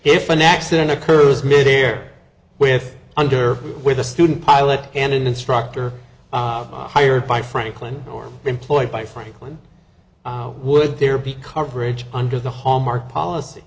if an accident occurs midair with under where the student pilot and an instructor hired by franklin or employed by franklin would there be coverage under the hallmark policy